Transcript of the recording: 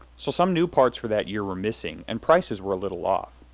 so some new parts for that year were missing, and prices were a little off.